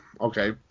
Okay